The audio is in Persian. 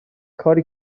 کاری